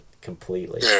completely